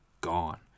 gone